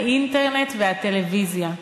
האינטרנט והטלוויזיה,